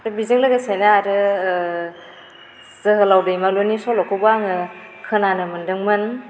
बेजों लोगोसेनो आरो जोहोलाव दैमालुनि सल'खौबो आङो खोनानो मोनदोंमोन